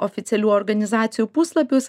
oficialių organizacijų puslapius